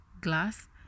glass